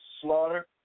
slaughter